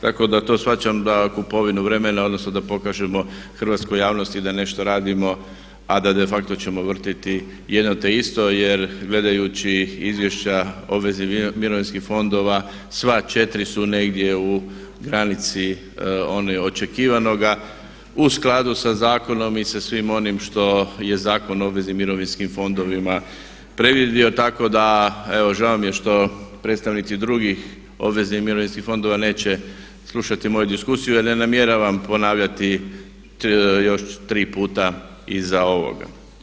Tako da to shvaćam da kupovinu vremena odnosno da pokažemo hrvatskoj javnosti da nešto radimo a de facto ćemo vrtiti jedno te isto jer gledajući izvješća obveznih mirovinskih fondova sva 4 su negdje u granici onog očekivanoga u skladu sa zakonom i sa svim onim što je Zakon o obveznim mirovinskim fondovima predvidio tako da evo žao mi je što predstavnici drugih obveznih mirovinskih fondova neće slušati moju diskusiju jer ja ne namjeravam ponavljati još tri puta iza ovoga.